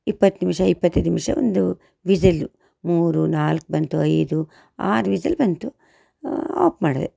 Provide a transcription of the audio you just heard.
ಇಪ್ಪತ್ತು ನಿಮಿಷ ಇಪ್ಪತ್ತೈದು ನಿಮಿಷ ಒಂದು ವಿಸಿಲ್ಲು ಮೂರು ನಾಲ್ಕು ಬಂತು ಐದು ಆರು ವಿಸಿಲ್ ಬಂತು ಆಫ್ ಮಾಡಿದೆ